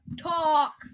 Talk